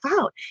out